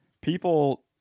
People